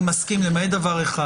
אני מסכים למעט דבר אחד.